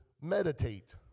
meditate